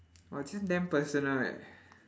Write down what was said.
!wah! this damn personal eh